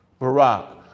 Barack